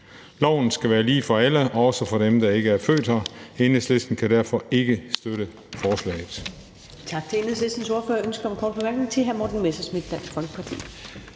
Loven skal være lige for alle, også for dem, der ikke er født her, og Enhedslisten kan derfor ikke støtte forslaget.